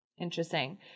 Interesting